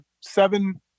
seven